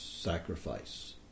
sacrifice